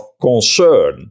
concern